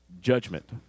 judgment